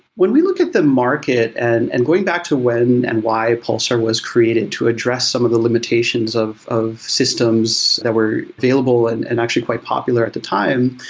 when we look at the market, and and going back to when and why pulsar was created to address some of the limitations of of systems that were available and and actually quite popular at the time,